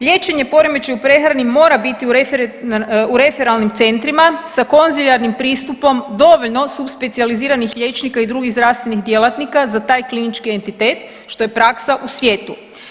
Liječenje poremećaja u prehrani mora biti u referalnim centrima sa konzilijarnim pristupom dovoljno subspecijaliziranih liječnika i drugih zdravstvenih djelatnika za taj klinički entitet što je praksa u svijetu.